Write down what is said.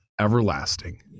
everlasting